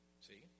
See